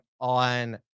on